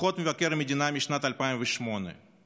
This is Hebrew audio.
דוחות מבקר המדינה משנת 2008 ו-2011